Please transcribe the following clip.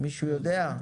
מישהו יודע?